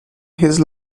his